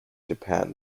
japan